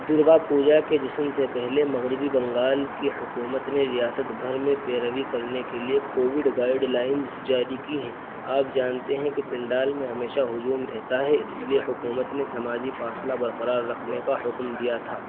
درگا پوجا کے جشن سے پہلے مغربی بنگال کی حکومت نے ریاست بھر میں پیروی کرنے کے لیے کووڈ گائڈ لائنز جاری کی ہیں آپ جانتے ہیں کہ پنڈال میں ہمیشہ ہجوم رہتا ہے اس لیے حکومت نے سماجی فاصلہ برقرار رکھنے کا حکم دیا تھا